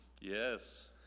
Yes